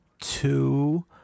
two